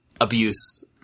abuse